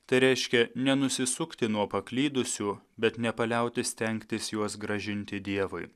tai reiškia nenusisukti nuo paklydusių bet nepaliauti stengtis juos grąžinti dievui